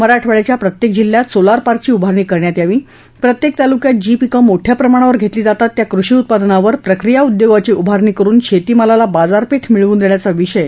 मराठवाङ्याच्या प्रत्येक जिल्ह्यात जी पिकं सोलार पार्क ची उभारणी करण्यात यावी प्रत्येक तालुक्यात जी पिकं मोठ्या प्रमाणावर घेतली जातात त्या कृषी उत्पादनावर प्रक्रिया उद्योगाची उभारणी करुन शेतीमालाला बाजारपेठ मिळवून देण्याचा विषय ही यावेळी चर्चीला गेला